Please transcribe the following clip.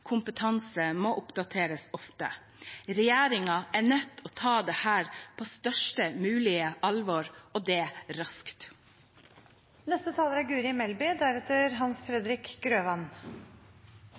kompetanse må oppdateres ofte. Regjeringen er nødt til å ta dette på størst mulig alvor – og det raskt. Dagens og framtidens jobber er